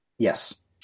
Yes